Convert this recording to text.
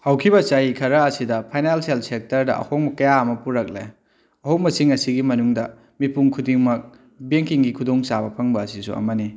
ꯍꯧꯈꯤꯕ ꯆꯍꯤ ꯈꯔ ꯑꯁꯤꯗ ꯐꯥꯏꯅꯥꯜꯁꯦꯜ ꯁꯦꯛꯇꯔꯗ ꯑꯍꯣꯡꯕ ꯀꯌꯥ ꯑꯃ ꯄꯨꯔꯛꯂꯦ ꯑꯍꯣꯡꯕꯁꯤꯡ ꯑꯁꯤꯒꯤ ꯃꯅꯨꯡꯗ ꯃꯤꯄꯨꯝ ꯈꯨꯗꯤꯡꯃꯛ ꯕꯦꯡꯀꯤꯡꯒꯤ ꯈꯨꯗꯣꯡ ꯆꯥꯕ ꯐꯪꯕ ꯑꯁꯤꯁꯨ ꯑꯃꯅꯤ